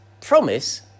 promise